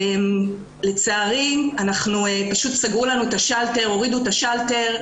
לצערי פשוט הורידו לנו את השלטר.